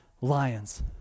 lions